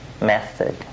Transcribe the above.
method